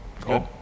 good